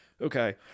okay